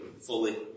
fully